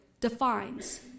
defines